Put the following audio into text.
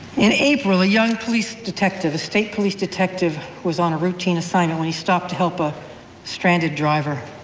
in april, a young police detective, a state police detective, was on a routine assignment when he stopped to help a stranded driver.